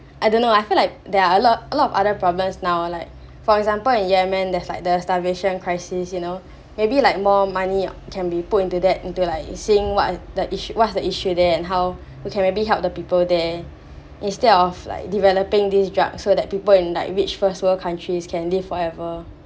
I don't know I feel like there are a lot a lot of other problems now like for example in yemen there's like the starvation crisis you know maybe like more money can be put into that into like seeing what the what's the issue there and how we can maybe help the people there instead of like developing this drug so that people in like rich first world countries can live forever